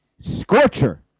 scorcher